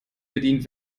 bedient